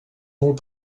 molt